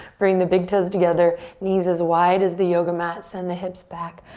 bring the big toes together. knees as wide as the yoga mat. send the hips back.